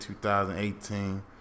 2018